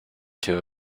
two